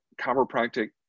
chiropractic